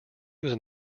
was